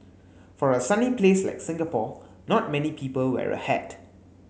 for a sunny place like Singapore not many people wear a hat